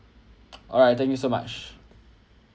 alright thank you so much